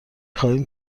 خواهیم